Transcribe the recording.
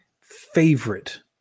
favorite